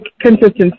consistency